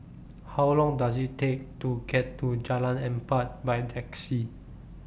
How Long Does IT Take to get to Jalan Empat By Taxi